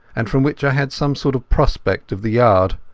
and from which i had some sort of prospect of the yard.